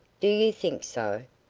do you think so?